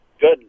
Good